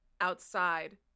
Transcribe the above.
outside